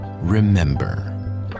remember